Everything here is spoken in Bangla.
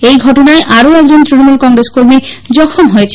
এই ঘটনায় আরও একজন তৃণমূল কংগ্রেস কর্মী জখম হয়েছেন